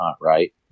right